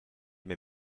mes